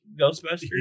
Ghostbusters